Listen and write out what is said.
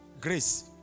grace